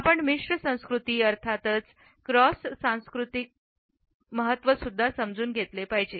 आपण मिश्र संस्कृती अर्थातच क्रॉस सांस्कृतिक महत्त्व सुद्धा समजून घेतले पाहिजे